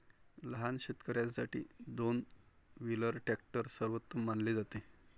लहान शेतकर्यांसाठी दोन व्हीलर ट्रॅक्टर सर्वोत्तम मानले जाते